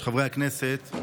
חברי הכנסת,